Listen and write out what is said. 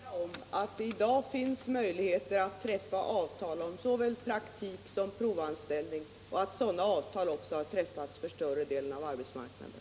Herr talman! Jag vill erinra om att det i dag finns möjligheter att träffa avtal om såväl praktik som provanställning. Sådana avtal har också träffats för större delen av arbetsmarknaden.